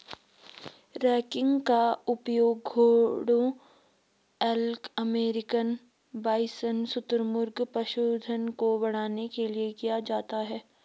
ranking का उपयोग घोड़ों एल्क अमेरिकन बाइसन शुतुरमुर्ग पशुधन को बढ़ाने के लिए किया जाता है